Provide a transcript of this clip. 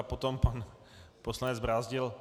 Potom pan poslanec Brázdil.